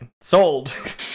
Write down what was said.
Sold